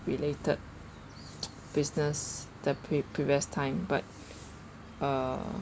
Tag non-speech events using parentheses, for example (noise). related (noise) business the pre~ previous time but (breath) uh